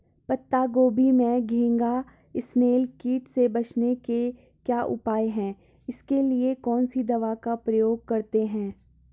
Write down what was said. पत्ता गोभी में घैंघा इसनैल कीट से बचने के क्या उपाय हैं इसके लिए कौन सी दवा का प्रयोग करते हैं?